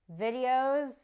videos